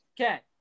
Okay